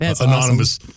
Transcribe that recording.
Anonymous